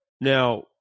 Now